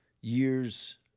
years